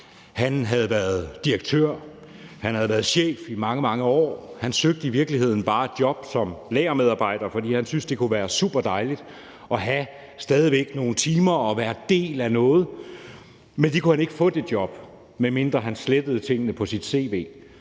Han havde været direktør, han havde været chef, i mange, mange år, og han søgte i virkeligheden bare job som lagermedarbejder, for han syntes, det kunne være superdejligt stadig væk at have nogle timer og være en del af noget. Men det job kunne han ikke få, medmindre han slettede tingene på sit cv.